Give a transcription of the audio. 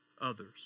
others